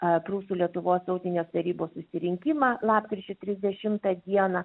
a prūsų lietuvos tautinės tarybos susirinkimą lapkričio trisdešimtą dieną